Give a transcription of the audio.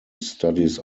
studies